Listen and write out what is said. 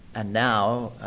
and now,